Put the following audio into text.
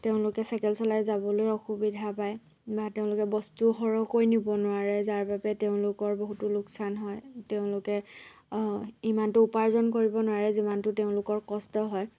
তেওঁলোকে চাইকেল চলাই যাবলৈ অসুবিধা পায় বা তেওঁলোকে বস্তু সৰহকৈ নিব নোৱাৰে যাৰ বাবে তেওঁলোকৰ বহুতো লোকচান হয় তেওঁলোকে ইমানটো উপাৰ্জন কৰিব নোৱাৰে যিমানটো তেওঁলোকৰ কষ্ট হয়